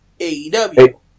AEW